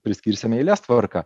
priskirsime eilės tvarka